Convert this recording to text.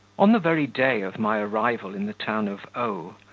on the very day of my arrival in the town of o,